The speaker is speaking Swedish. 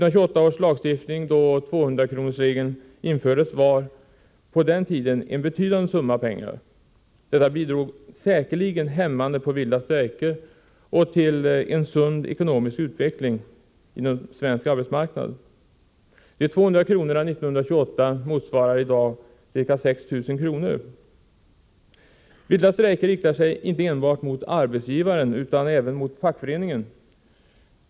Då lagstiftningen infördes år 1928 var 200 kr. en betydande summa pengar. 200-kronorsregeln inverkade säkerligen hämmande på vilda strejker och bidrog till en sund ekonomisk utveckling på svensk arbetsmarknad. De 200 kronorna 1928 motsvarar i dag ca 6 000 kr. Vilda strejker riktar sig inte enbart mot arbetsgivaren utan även mot fackföreningen.